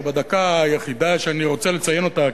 שבדקה היחידה שאני רוצה לציין אותה,